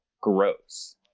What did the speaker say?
Gross